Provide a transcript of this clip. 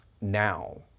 now